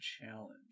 challenge